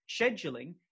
Scheduling